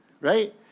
right